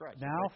Now